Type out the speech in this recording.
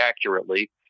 accurately